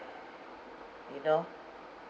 you know